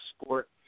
sport